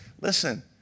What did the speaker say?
Listen